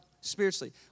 spiritually